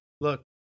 look